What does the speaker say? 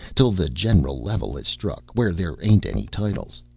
till the general level is struck, where there ain't any titles.